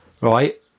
right